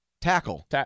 Tackle